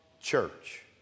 church